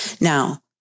now